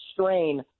strain